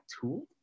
Tool